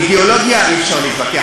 אידיאולוגיה, אי-אפשר להתווכח.